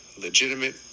legitimate